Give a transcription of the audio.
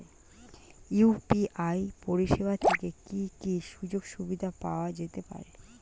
UPI পরিষেবা থেকে কি কি সুযোগ সুবিধা পাওয়া যেতে পারে?